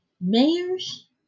mayors